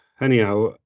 anyhow